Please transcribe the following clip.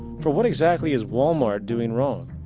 for what exactly is walmart doing wrong?